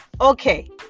okay